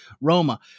Roma